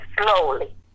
slowly